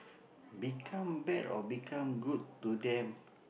become bad or become good to them